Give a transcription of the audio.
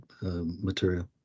material